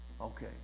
Okay